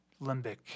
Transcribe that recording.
limbic